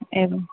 एवम्